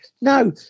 No